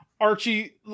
Archie